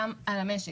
גם על המשק,